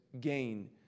gain